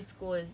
oh no but